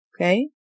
Okay